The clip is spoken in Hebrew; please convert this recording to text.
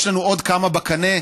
יש לנו עוד כמה בקנה.